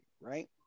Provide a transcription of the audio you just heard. right